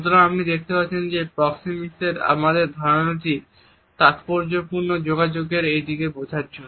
সুতরাং আপনি দেখতে পাচ্ছেন যে প্রক্সেমিকসের আমাদের ধারণাটি তাৎপর্যপূর্ণ যোগাযোগের এইদিকটিকে বোঝার জন্য